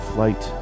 Flight